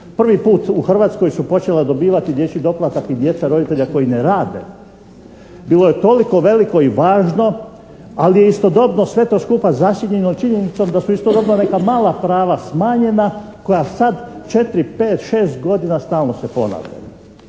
prvi put u Hrvatskoj su počela dobivati dječji doplatak i djeca roditelja koji ne rade. Bilo je toliko veliko i važno, ali je istodobno sve to skupa zasjenjeno činjenicom da su istodobno neka mala prava smanjena koja sad četiri, pet, šest godina stalno se ponavljaju